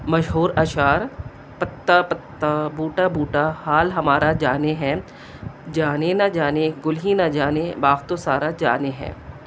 مشہور اشعار پتا پتا بوٹا بوٹا حال ہمارا جانے ہے جانے نہ جانے گل ہی نہ جانے باغ تو سارا جانے ہے